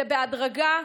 זה בהדרגה,